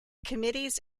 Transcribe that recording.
committees